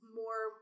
more